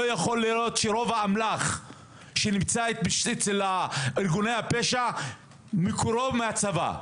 לא יכול להיות שרוב האמל"ח שנמצא אצל ארגוני הפשע מקורו בצבא.